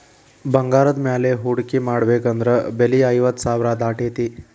ಬಂಗಾರದ ಮ್ಯಾಲೆ ಹೂಡ್ಕಿ ಮಾಡ್ಬೆಕಂದ್ರ ಬೆಲೆ ಐವತ್ತ್ ಸಾವ್ರಾ ದಾಟೇತಿ